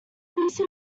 please